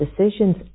decisions